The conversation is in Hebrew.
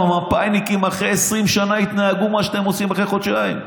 המפא"יניקים אחרי 20 שנה התנהגו כמו שאתם עושים אחרי חודשיים.